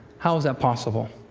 how is that possible?